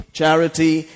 charity